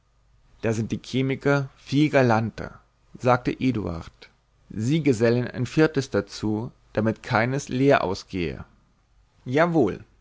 da sind die chemiker viel galanter sagte eduard sie gesellen ein viertes dazu damit keines leer ausgehe jawohl